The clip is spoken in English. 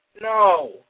No